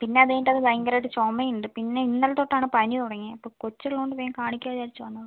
പിന്നെ അതുകഴിഞ്ഞിട്ട് അത് ഭയങ്കരമായിട്ട് ചുമ ഉണ്ട് പിന്നെ ഇന്നലെത്തൊട്ടാണ് പനി തുടങ്ങിയത് പിന്നെ കൊച്ച് ഉള്ളതുകൊണ്ട് വേഗം കാണിക്കാമെന്ന് വിചാരിച്ച് വന്നതാണ്